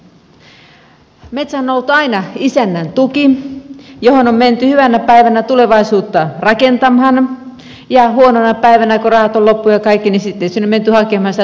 metsä on ollut aina isännän tuki johon on menty hyvänä päivänä tulevaisuutta rakentamaan ja huonona päivänä kun rahat on loppu ja kaikki sinne on sitten menty hakemaan sitä tukea ja turvaa